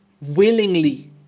willingly